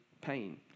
pain